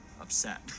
upset